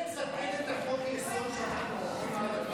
תוכלי לצטט את חוק-היסוד שאנחנו עובדים עליו?